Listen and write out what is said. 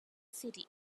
city